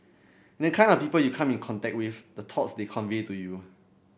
and the kind of people you come in contact with the thoughts they convey to you